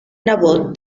nebot